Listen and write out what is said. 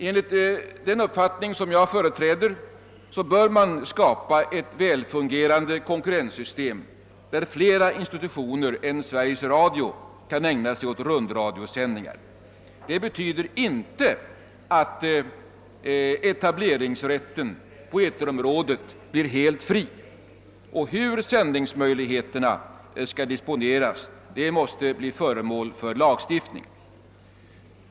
Enligt en uppfattning som jag företräder bör man skapa ett väl fungerande konkurrenssystem, där flera institutioner än Sveriges Radio kan ägna sig åt rundradiosändningar. Det betyder inte att etableringsrätten på eterområdet blir helt fri. Frågan om hur sändningsmöjligheterna skall disponeras måste göras till föremål för lagstiftning.